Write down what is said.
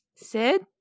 Sid